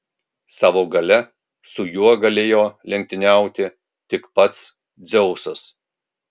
savo galia su juo galėjo lenktyniauti tik pats dzeusas